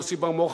יוסי בר-מוחא,